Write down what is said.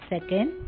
Second